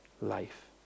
life